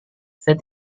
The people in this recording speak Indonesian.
saya